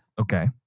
Okay